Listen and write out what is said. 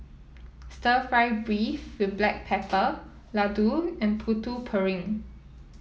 stir fry beef with Black Pepper Laddu and Putu Piring